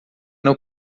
não